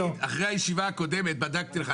ווליד, אחרי הישיבה הקודמת בדקתי לך.